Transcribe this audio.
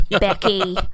Becky